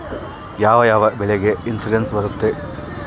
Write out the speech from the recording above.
ಯಾವ ಯಾವ ಬೆಳೆಗೆ ಇನ್ಸುರೆನ್ಸ್ ಬರುತ್ತೆ?